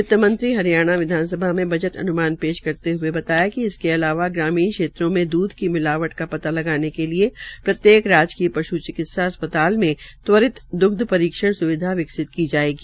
वित्तमंत्री हरियाणा विधानसभा में बजट अनुमान पेश करते हये बताया कि इसके अलावा ग्रामीण क्षेत्रों में दुध की मिलावट का पता लगाने के लिये प्रत्येक राजकीय पश् चिकित्सा अस्पताल में त्वारित दग्ध परीक्षण सुविधा विकसित की जायेगी